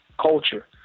culture